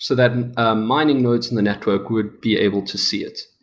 so that and ah mining nodes in the network would be able to see it,